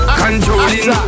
controlling